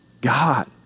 God